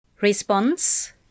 Response